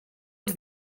els